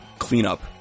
cleanup